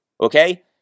okay